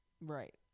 Right